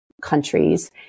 countries